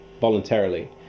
voluntarily